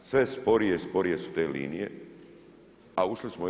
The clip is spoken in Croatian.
Sve sporije i sporije su te linije, a ušli smo u EU.